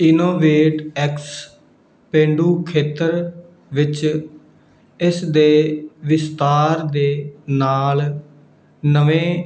innovate X ਪੇਂਡੂ ਖੇਤਰ ਵਿੱਚ ਇਸ ਦੇ ਵਿਸਤਾਰ ਦੇ ਨਾਲ ਨਵੇਂ